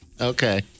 Okay